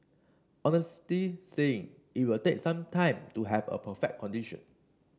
honestly saying it will take some more time to have a perfect condition